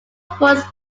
voiced